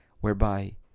whereby